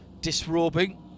disrobing